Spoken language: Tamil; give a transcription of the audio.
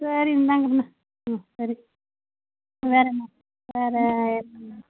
சரி இந்தாங்க பின்ன ம் சரி வேறே என்ன வேறே